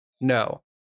No